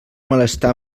malestar